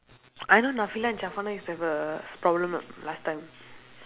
I know and used to have a problem lah last time